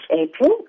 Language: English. April